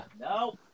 No